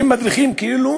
כלומר,